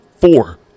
four